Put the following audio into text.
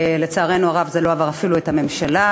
לצערנו הרב, זה לא עבר אפילו את הממשלה.